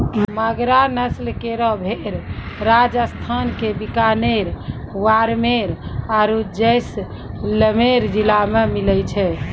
मगरा नस्ल केरो भेड़ राजस्थान क बीकानेर, बाड़मेर आरु जैसलमेर जिला मे मिलै छै